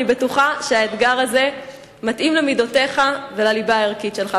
אני בטוחה שהאתגר הזה מתאים למידותיך ולליבה הערכית שלך,